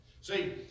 See